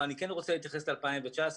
אבל כן רוצה להתייחס ל-2019-2018.